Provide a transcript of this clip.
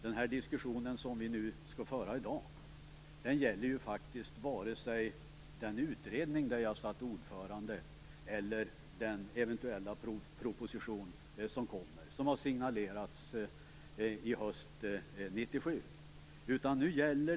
Den diskussion som vi skall föra i dag är inte beroende av den utredning som jag satt som ordförande i eller av den proposition som har signalerats eventuellt bli framlagd hösten 1997.